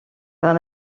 par